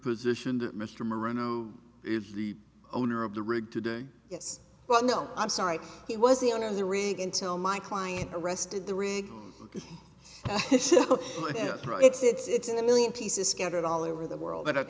position that mr marino if the owner of the rig today yes but no i'm sorry he was the owner of the rig until my client arrested the rig through it's it's in a million pieces scattered all over the world but at